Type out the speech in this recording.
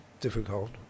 difficult